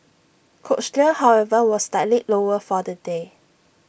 cochlear however was slightly lower for the day